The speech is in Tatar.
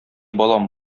балам